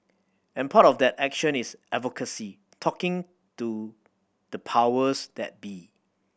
and part of that action is advocacy talking to the powers that be